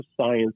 science